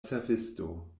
servisto